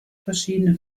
verschiedene